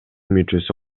мүчөсү